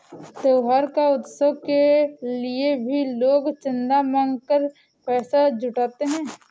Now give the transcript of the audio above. त्योहार या उत्सव के लिए भी लोग चंदा मांग कर पैसा जुटाते हैं